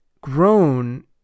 grown